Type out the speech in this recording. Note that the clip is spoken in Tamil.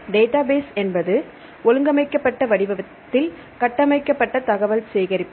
டேட்டாபேஸ் என்பது ஒழுங்கமைக்கப்பட்ட வடிவத்தில் கட்டமைக்கப்பட்ட தகவல் சேகரிப்பு